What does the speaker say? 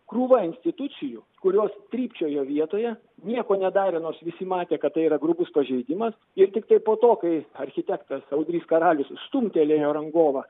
krūva institucijų kurios trypčiojo vietoje nieko nedarė nors visi matė kad tai yra grubus pažeidimas ir tiktai po to kai architektas audrys karalius stumtelėjo rangovą